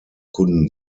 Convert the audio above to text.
kunden